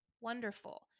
Wonderful